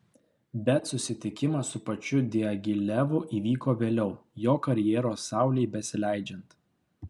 bet susitikimas su pačiu diagilevu įvyko vėliau jo karjeros saulei besileidžiant